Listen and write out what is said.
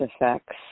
effects